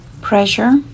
Pressure